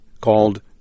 called